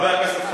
חבר הכנסת חסון.